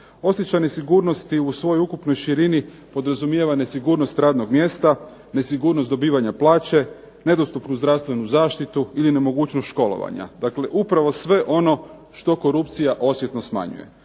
Osjećaj nesigurnosti u svojoj ukupnoj širini podrazumijeva nesigurnost radnog mjesta, nesigurnost dobivanja plaća, nedostupnu zdravstvenu zaštitu ili nemogućnost školovanja. Dakle, upravo sve ono što korupcija osjetno smanjuje.